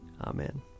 Amen